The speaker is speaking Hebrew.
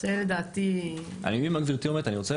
זה לדעתי --- אני מבין מה גברתי אומרת, אני רוצה